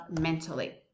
mentally